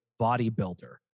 bodybuilder